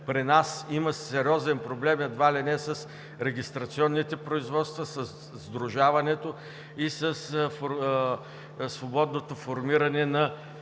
при нас има сериозен проблем едва ли не с регистрационните производства, със сдружаването и със свободното формиране на